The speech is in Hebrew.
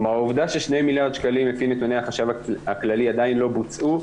כלומר העובדה ש-2 מיליארד ₪ לפי החשב הכללי עוד לא בוצעו,